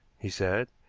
he said.